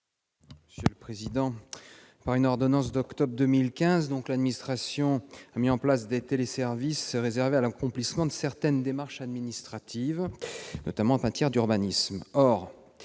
Olivier Paccaud. Par une ordonnance d'octobre 2015, l'administration a mis en place des téléservices réservés à l'accomplissement de certaines démarches administratives, notamment en matière d'urbanisme.